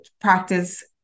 practice